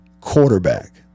quarterback